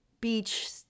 beach